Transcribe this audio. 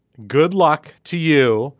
good luck to you